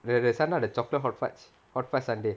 they they sell the chocolate hot fudge hot fudge sundae